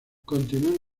continuó